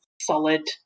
solid